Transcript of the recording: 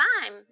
time